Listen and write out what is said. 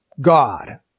God